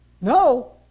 No